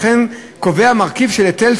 וכן קובע מרכיב של היטל,